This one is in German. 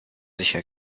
sicher